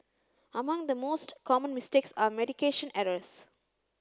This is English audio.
among the most common mistakes are medication errors